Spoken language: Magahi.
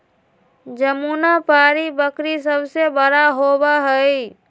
जमुनापारी बकरी सबसे बड़ा होबा हई